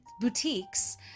boutiques